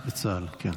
אלוף בצה"ל, כן.